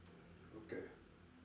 okay